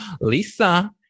Lisa